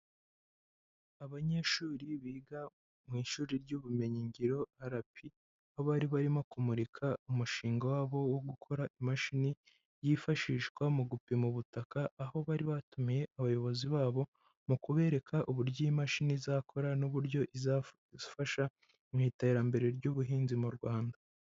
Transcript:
Abanyeshuri biga mu ishuri ry'ubumenyingiro RP, aho bari barimo kumurika umushinga wabo wo gukora imashini yifashishwa mu gupima ubutaka, aho bari batumiye abayobozi babo, mu kubereka uburyo iyi mashini izakora n'uburyo izafasha mu iterambere ry'ubuhinzi mu Rwanda.